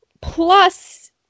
Plus